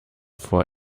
vor